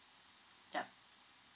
yup